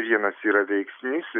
vienas yra veiksnys